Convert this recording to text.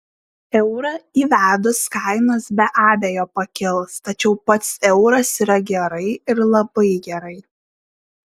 eurą įvedus kainos be abejo pakils tačiau pats euras yra gerai ir labai gerai